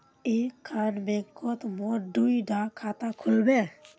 एक खान बैंकोत मोर दुई डा खाता खुल बे?